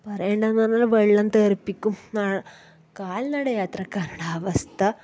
പറയണ്ടാന്ന് പറഞ്ഞാൽ വെള്ളം തെറിപ്പിക്കും കാൽനട യാത്രക്കാരുടെ അവസ്ഥ